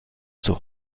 zur